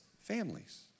families